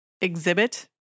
exhibit